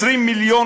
20 מיליון